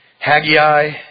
Haggai